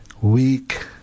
weak